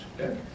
Okay